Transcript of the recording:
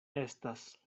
estas